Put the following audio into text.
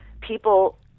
people